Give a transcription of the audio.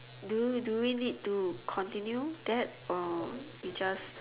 do do we need to continue that or we just